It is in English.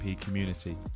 community